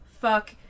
fuck